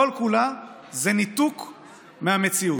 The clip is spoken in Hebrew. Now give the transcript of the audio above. כל-כולה זה ניתוק מהמציאות.